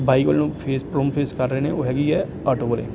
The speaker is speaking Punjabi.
ਬਾਈਕ ਵਾਲੇ ਨੂੰ ਫੇਸ ਤੋਂ ਫੇਸ ਕਰ ਰਹੇ ਨੇ ਉਹ ਹੈਗੀ ਹੈ ਆਟੋ ਵਾਲੇ